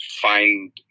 find